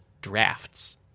Drafts